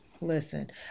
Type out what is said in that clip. Listen